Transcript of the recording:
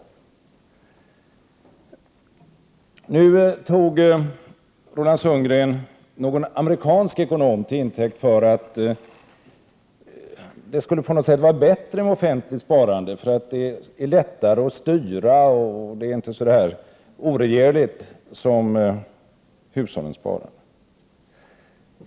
Isitt anförande tog Roland Sundgren någon amerikansk ekonom till intäkt för att det skulle vara bättre med offentligt sparande därför att detta är lättare att styra och inte så oregerligt som hushållens sparande.